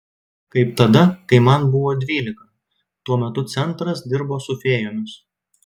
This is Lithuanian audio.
kaip tada kai man buvo dvylika tuo metu centras dirbo su fėjomis